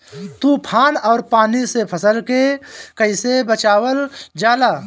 तुफान और पानी से फसल के कईसे बचावल जाला?